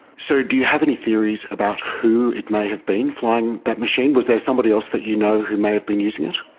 so do you have any theories about who it may have been flying that machine? was there somebody else that you know who may have been using it?